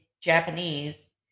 Japanese